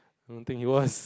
I don't think it was